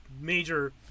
major